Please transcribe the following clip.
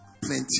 plenty